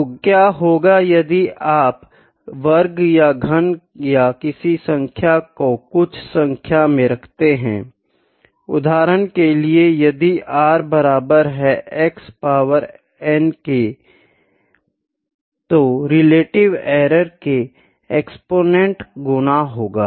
तो क्या होगा यदि आप वर्ग या घन या किसी संख्या को कुछ संख्या में रखते हैं उदाहरण के लिए यदि r बराबर है x पॉवर n के है तो रिलेटिव एरर के एक्सपोनेंट गुना होगा